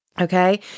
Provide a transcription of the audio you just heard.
Okay